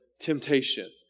temptation